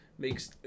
makes